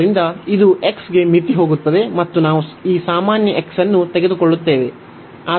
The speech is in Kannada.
ಆದ್ದರಿಂದ ಇದು x ಗೆ ಮಿತಿ ಹೋಗುತ್ತದೆ ಮತ್ತು ನಾವು ಈ ಸಾಮಾನ್ಯ x ಅನ್ನು ತೆಗೆದುಕೊಳ್ಳುತ್ತೇವೆ